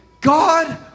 God